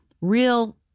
real